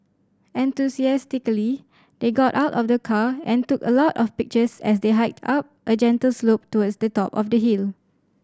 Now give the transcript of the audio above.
enthusiastically they got out of the car and took a lot of pictures as they hiked up a gentle slope towards the top of the hill